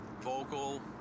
vocal